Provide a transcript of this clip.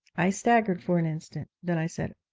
i staggered for an instant then i said,